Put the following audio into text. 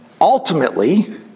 ultimately